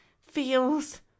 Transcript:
feels